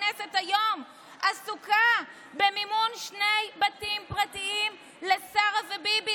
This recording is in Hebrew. הכנסת היום עסוקה במימון שני בתים פרטיים לשרה ביבי.